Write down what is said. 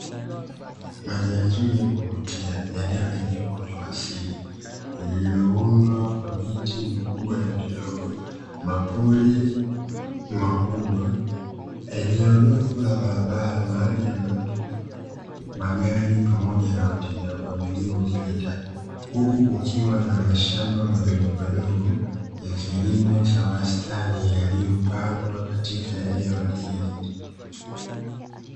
Mandhari nzuri ya kuvutia, eneo lenye uoto wa asili lililoundwa kwa miti mikubwa na midogo, mapori makubwa, eneo dogo la barabara, mahali ambapo magari pamoja na watembea kwa miguu hupita; huku kukiwa na mashamba madogomadogo ya kilimo cha wastani yaliyopandwa katika eneo hili.